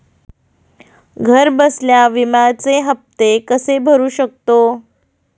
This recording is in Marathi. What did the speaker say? घरबसल्या विम्याचे हफ्ते कसे भरू शकतो?